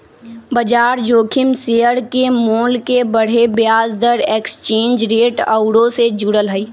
बजार जोखिम शेयर के मोल के बढ़े, ब्याज दर, एक्सचेंज रेट आउरो से जुड़ल हइ